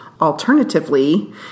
Alternatively